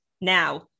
Now